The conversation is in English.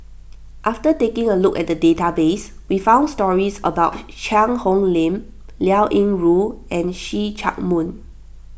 after taking a look at the database we found stories about Cheang Hong Lim Liao Yingru and See Chak Mun